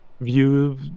view